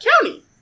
County